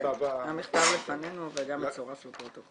-- מהמכתב לפנינו וגם מצורף לפרוטוקול.